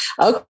Okay